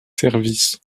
services